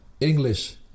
English